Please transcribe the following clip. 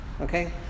okay